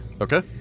Okay